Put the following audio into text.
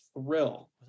thrill